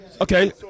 Okay